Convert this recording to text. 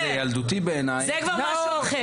אם זה ילדותי בעינייך --- זה כבר משהו אחר.